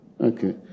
Okay